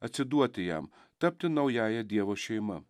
atsiduoti jam tapti naująja dievo šeima